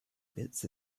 bits